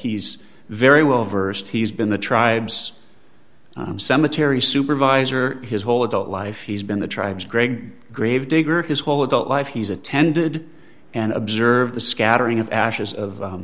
he's very well versed he's been the tribes cemetery supervisor his whole adult life he's been the tribes greg grave digger his whole adult life he's attended and observed the scattering of ashes of